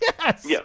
Yes